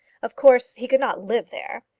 of course he could not live there.